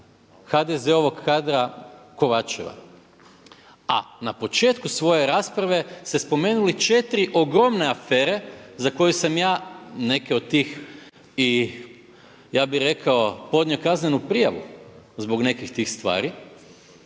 HDZ-ovog kadra Kovačeva. A na početku svoje rasprave ste spomenuli 4 ogromne afere za koju sam ja neke od tih i ja bih rekao podnio kaznenu prijavu zbog nekih tih stvari